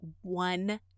one